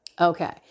Okay